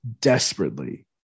desperately